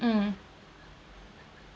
mm